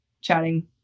chatting